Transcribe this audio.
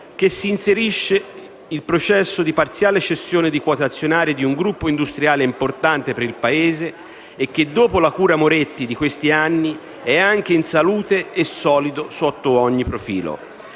che si inserisce il processo di parziale cessione di quote azionarie di un gruppo industriale importante per il Paese e che, dopo la cura Moretti di questi anni, è anche in salute e solido sotto ogni profilo.